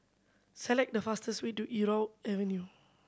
select the fastest way to Irau Avenue